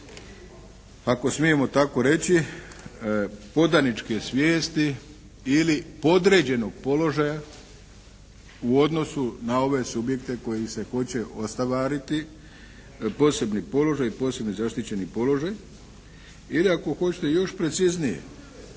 ako smijemo tako reći podaničke svijesti ili podređenog položaja u odnosu na ove subjekte koji se hoće ostvariti. Posebni položaj i posebni zaštićeni položaj. Ili ako hoćete još preciznije